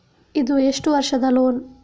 ಇದು ಎಷ್ಟು ವರ್ಷದ ಲೋನ್?